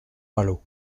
malo